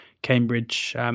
Cambridge